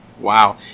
Wow